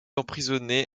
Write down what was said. emprisonné